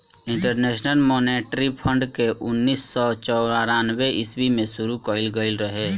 international monetary fund के उन्नीस सौ चौरानवे ईस्वी में शुरू कईल गईल रहे